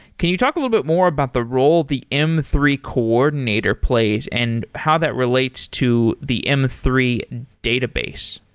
can you talk a little bit more about the role the m three coordinator plays and how that relates to the m three database.